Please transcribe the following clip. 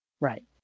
right